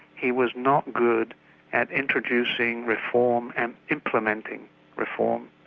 he was not good at introducing reform and implementing reform.